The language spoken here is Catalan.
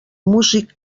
músic